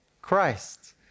Christ